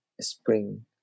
spring